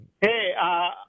Hey